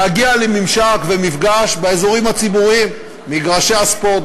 להגיע לממשק ומפגש באזורים הציבוריים: מגרשי הספורט,